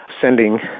sending